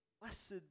Blessed